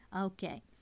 Okay